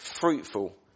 fruitful